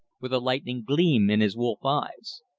with a lightning gleam in his wolf eyes.